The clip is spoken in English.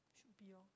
should be orh